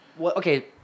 Okay